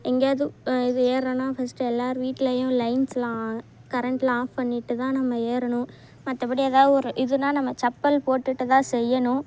எங்கேயாவது எதுவும் ஏறுறோன்னா ஃபஸ்ட்டு எல்லார் வீட்லயும் லைன்ஸ்லாம் கரண்ட்லாம் ஆஃப் பண்ணிட்டுதான் நம்ம ஏறணும் மற்றபடி ஏதா ஒரு இதுனால் நம்ம செப்பல் போட்டுகிட்டுதான் செய்யணும்